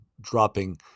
dropping